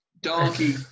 Donkey